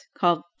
called